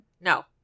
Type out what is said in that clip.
No